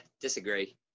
disagree